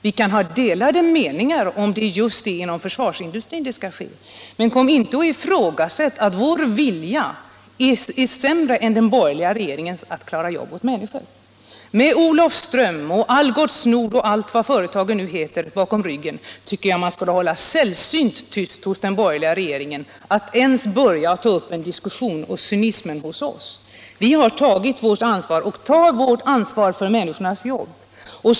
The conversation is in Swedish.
Vi kan ha delade meningar om huruvida det är just inom försvarsindustrin det skall ske, men kom inte och hävda att vi skulle ha en sämre vilja när det gäller att klara jobb åt människor. Med Olofström och L M Ericsson och med Algots Nord ochallt vad företagen nu heter i bakgrunden, borde man i den borgerliga regeringen hålla sällsynt tyst och inte starta en diskussion om cynismen hos oss. Vi har tagit och tar vårt ansvar för människornas jobb.